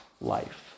life